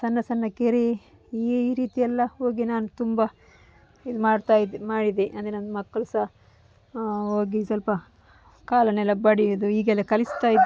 ಸಣ್ಣ ಸಣ್ಣ ಕೆರೆ ಈ ರೀತಿಯೆಲ್ಲ ಹೋಗಿ ನಾನು ತುಂಬ ಇದ್ಮಾಡ್ತಾಯಿದ್ದೆ ಮಾಡಿದೆ ಅಂದರೆ ನನ್ನ ಮಕ್ಕಳು ಸಹ ಹೋಗಿ ಸ್ವಲ್ಪ ಕಾಲನ್ನೆಲ್ಲ ಬಡಿಯುವುದು ಹೀಗೆಲ್ಲಾ ಕಲಿಸ್ತಾಯಿದ್ದರು